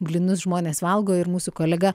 blynus žmonės valgo ir mūsų kolega